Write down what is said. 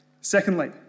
Secondly